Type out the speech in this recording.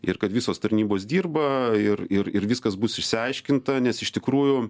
ir kad visos tarnybos dirba ir ir ir viskas bus išsiaiškinta nes iš tikrųjų